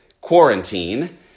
quarantine